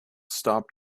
stopped